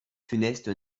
funeste